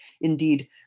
Indeed